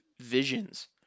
Visions